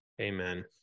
Amen